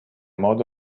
modo